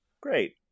great